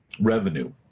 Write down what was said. revenue